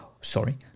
sorry